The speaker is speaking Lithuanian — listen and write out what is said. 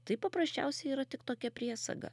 tai paprasčiausiai yra tik tokia priesaga